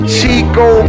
Chico